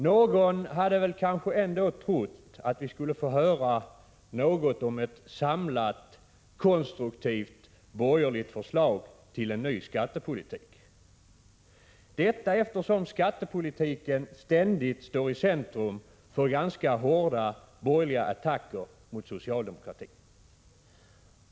Någon hade kanske ändå trott att vi skulle få höra något om ett samlat, konstruktivt borgerligt förslag till en ny skattepolitik, eftersom skattepolitiken ständigt står i centrum för ganska hårda borgerliga attacker mot socialdemokratin.